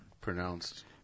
Pronounced